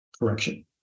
correction